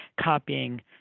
copying